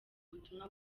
ubutumwa